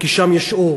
כי שם יש אור.